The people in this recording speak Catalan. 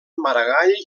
maragall